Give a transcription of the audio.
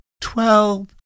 twelve